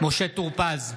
משה טור פז,